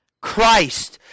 Christ